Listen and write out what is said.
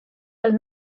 veel